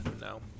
No